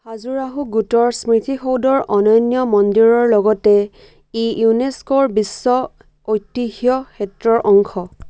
খাজুৰাহো গোটৰ স্মৃতিসৌধৰ অন্যান্য মন্দিৰৰ লগতে ই ইউনেস্কোৰ বিশ্ব ঐতিহ্য ক্ষেত্ৰৰ অংশ